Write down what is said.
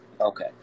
Okay